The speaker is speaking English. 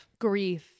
grief